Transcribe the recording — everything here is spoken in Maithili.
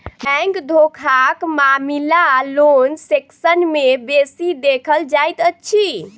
बैंक धोखाक मामिला लोन सेक्सन मे बेसी देखल जाइत अछि